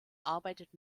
arbeitet